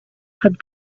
had